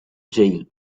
jail